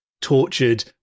tortured